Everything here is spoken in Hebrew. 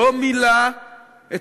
לא מילא את